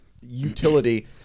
utility